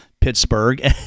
Pittsburgh